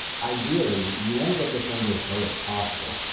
ideally you wanna get this number as low as possible.